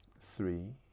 three